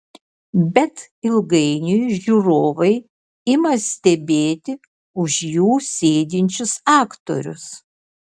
bet ilgainiui žiūrovai ima stebėti už jų sėdinčius aktorius